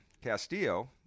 Castillo